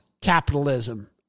capitalism